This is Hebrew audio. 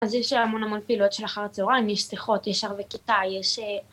אז יש המון המון פעילות של אחר הצהריים, יש שיחות, יש ערבי כיתה, יש...